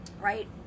right